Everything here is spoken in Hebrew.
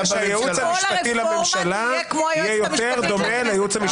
------ שהייעוץ המשפטי לממשלה יהיה יותר דומה לייעוץ המשפטי לכנסת.